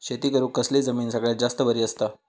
शेती करुक कसली जमीन सगळ्यात जास्त बरी असता?